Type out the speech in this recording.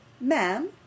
Ma'am